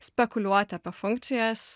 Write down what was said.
spekuliuoti apie funkcijas